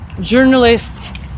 journalists